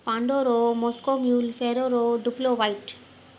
Pandoro Moscow mule Ferrero Duplo white